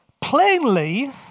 plainly